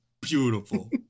Beautiful